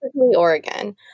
oregon